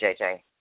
JJ